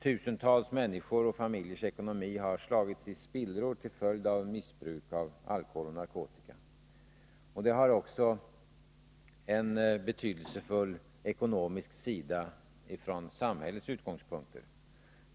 Tusentals människors och familjers ekonomi har slagits i spillror till följd av missbruk av alkohol och narkotika. Missbruket har också en betydelsefull ekonomisk sida från samhällets utgångspunkter.